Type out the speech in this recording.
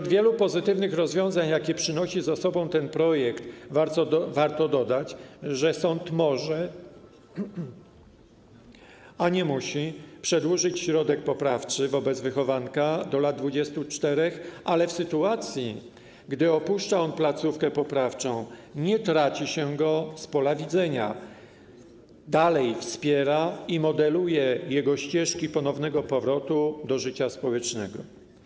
Do wielu pozytywnych rozwiązań, jakie niesie ze sobą ten projekt, warto dodać, że sąd może, a nie musi przedłużyć środek poprawczy wobec wychowanka w wieku do lat 24, ale w sytuacji gdy opuszcza on placówkę poprawczą, nie traci się go z pola widzenia, dalej wspiera i modeluje jego ścieżki ponownego powrotu do życia społecznego.